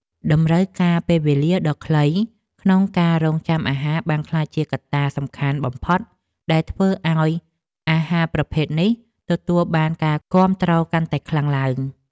តម្រូវការពេលវេលាដ៏ខ្លីក្នុងការរង់ចាំអាហារបានក្លាយជាកត្តាសំខាន់បំផុតដែលធ្វើឲ្យអាហារប្រភេទនេះទទួលបានការគាំទ្រកាន់តែខ្លាំងឡើង។